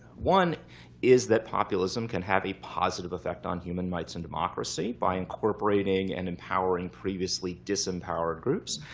one is that populism can have a positive effect on human rights and democracy by incorporating and empowering previously disempowered groups.